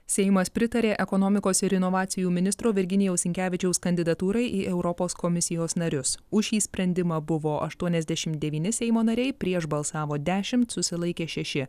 seimas pritarė ekonomikos ir inovacijų ministro virginijaus sinkevičiaus kandidatūrai į europos komisijos narius už šį sprendimą buvo aštuoniasdešim devyni seimo nariai prieš balsavo dešimt susilaikė šeši